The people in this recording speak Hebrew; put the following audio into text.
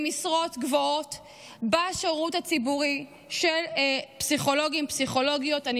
במשרות גבוהות של פסיכולוגים ופסיכולוגיות בשירות הציבורי.